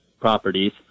properties